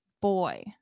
boy